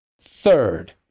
Third